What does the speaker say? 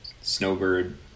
Snowbird